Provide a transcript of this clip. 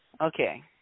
Okay